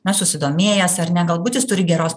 na susidomėjęs ar ne galbūt jis turi geros